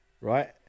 right